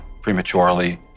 prematurely